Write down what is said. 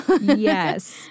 Yes